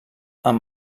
amb